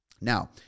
Now